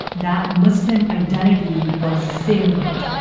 that muslim identity was salient.